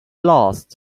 lost